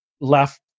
left